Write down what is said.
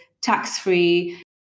tax-free